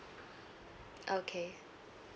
okay